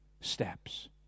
steps